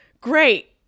great